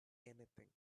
anything